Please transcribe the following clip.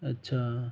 अच्छा